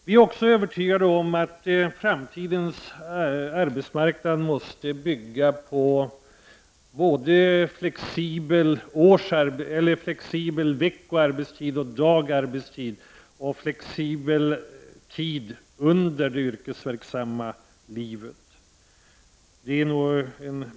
Vi är också övertygade om att framtidens arbetsmarknad måste bygga på både flexibel veckoarbetstid och flexibel dagarbetstid och på flexibel arbetstid under det yrkesverksamma livet.